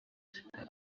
sita